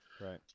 Right